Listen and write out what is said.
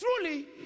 truly